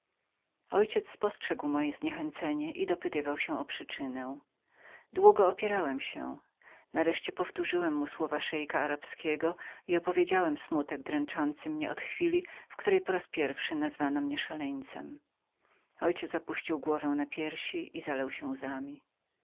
ojciec spostrzegł stan mego zwątpienia i badał mnie o przyczynę długo opierałem się nareszcie powtórzyłem mu mowę szeika arabskiego i opowiedziałem smutek dręczący mnie od chwili w której po raz pierwszy nazwano mnie szaleńcem mój ojciec opuścił głowę na piersi i zalał się łzami